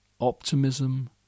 Optimism